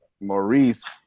maurice